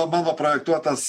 mano projektuotas